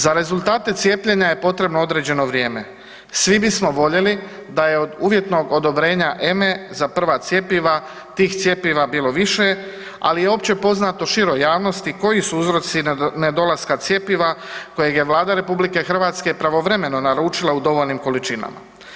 Za rezultate cijepljenja je potrebno određeno vrijeme, svi bismo voljeli da je od uvjetnog odobrenja EMA-e za prva cjepiva tih cjepiva bilo više, ali je opće poznato široj javnosti koji su uzroci nedolaska cjepiva kojeg je Vlada RH pravovremeno naručila u dovoljnim količinama.